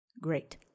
Great